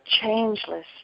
changeless